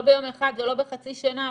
לא ביום אחד ולא בחצי שנה,